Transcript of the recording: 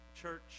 church